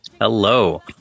Hello